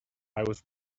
was